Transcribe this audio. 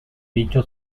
dicho